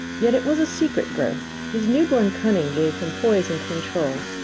yet it was a secret growth. his newborn cunning gave him poise and control.